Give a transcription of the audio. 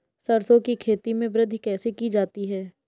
सरसो की खेती में वृद्धि कैसे की जाती है?